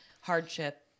hardship